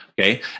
okay